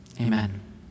Amen